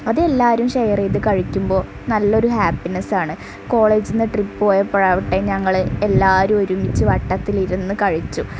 അത് എല്ലാവരും ഷെയർ ചെയ്ത് കഴിക്കുമ്പോൾ നല്ലൊരു ഹാപ്പിനെസ് ആണ് കോളേജിൽ നിന്ന് ട്രിപ്പ് പോയപ്പോഴാവട്ടെ ഞങ്ങൾ എല്ലാവരും ഒരുമിച്ച് വട്ടത്തിൽ ഇരുന്ന് കഴിച്ചു